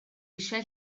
eisiau